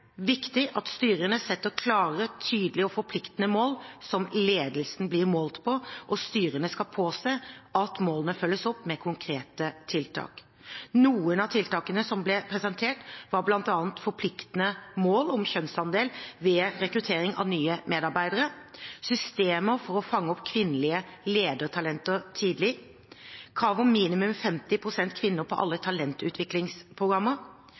viktig at styrene setter klare, tydelige og forpliktende mål som ledelsen blir målt på, og styrene skal påse at målene følges opp med konkrete tiltak. Noen av tiltakene som ble presentert, var bl.a.: forpliktende mål om kjønnsandel ved rekruttering av nye medarbeidere systemer for å fange opp kvinnelige ledertalenter tidlig krav om minimum 50 pst. kvinner på alle